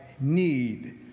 need